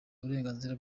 uburenganzira